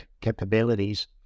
capabilities